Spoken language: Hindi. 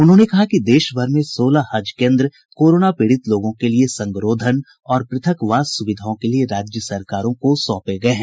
उन्होंने कहा कि देशभर में सोलह हज केंद्र कोरोना पीड़ित लोगों के लिए संगरोधन और पृथकवास सुविधाओँ के लिए राज्य सरकारों को सौंपे गए हैं